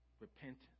repentance